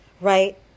right